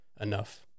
enough